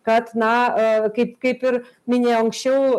kad na a kaip kaip ir minėjau anksčiau